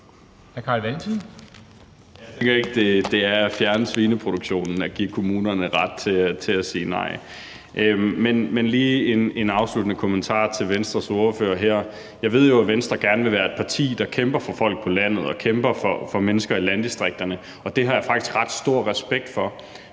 nej er det samme som at fjerne svineproduktionen. Men lige en afsluttende kommentar til Venstres ordfører: Jeg ved jo, at Venstre gerne vil være et parti, der kæmper for folk på landet og kæmper for mennesker i landdistrikterne, og det har jeg faktisk ret stor respekt for.